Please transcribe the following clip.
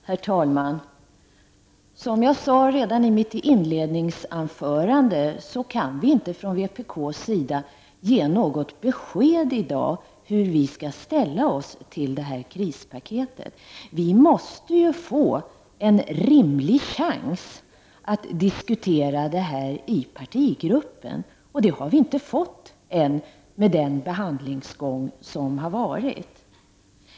Herr talman! Som jag sade redan i mitt inledningsanförande kan vi inte från vpk:s sida ge något besked i dag om hur vi ställer oss till det här krispaketet. Vi måste få en rimlig chans att diskutera detta i partigruppen. Det har vi inte fått än i den behandlingsgång som har varit.